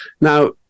Now